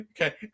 okay